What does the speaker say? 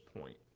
point